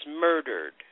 murdered